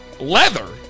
Leather